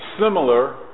similar